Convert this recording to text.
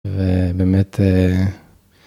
ובאמת...